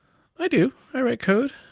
i do. i write code,